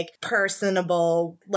personable